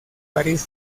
parís